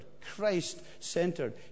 Christ-centered